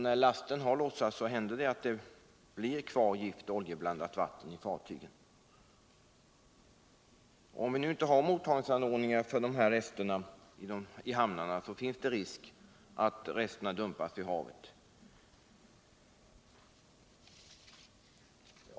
När lasten lossats händer det att gifter och oljeblandat vatten blir kvar i fartygen, och om vi inte har mottagningsanordningar för dessa rester i hamnarna, finns det risk att de dumpas i havet.